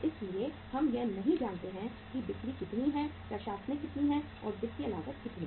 इसलिए हम यह नहीं जानते हैं कि बिक्री कितनी है प्रशासनिक कितनी है और वित्तीय लागत कितनी है